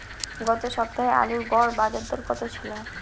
গত সপ্তাহে আলুর গড় বাজারদর কত ছিল?